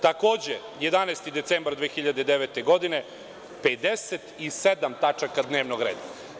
Takođe, 11. decembar 2009. godine, 57 tačaka dnevnog reda.